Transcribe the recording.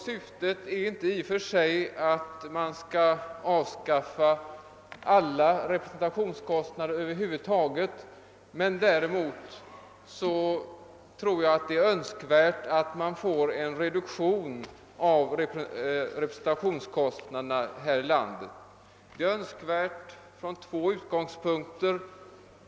Syftet är inte i och för sig att avskaffa representationskostnader över huvud taget, men jag tror att det är önskvärt att det blir en reduktion av representationskostnaderna här i landet. Det är önskvärt från två utgångspunkter.